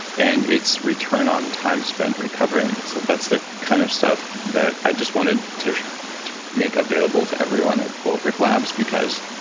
and it's return on time spent recovering wow so that's the kind of stuff that i just wanted to to make available to everyone at bulletproof labs because